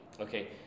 Okay